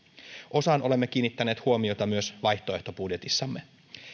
osaan olemme kiinnittäneet huomiota myös vaihtoehtobudjetissamme